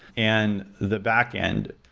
and the backend,